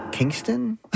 Kingston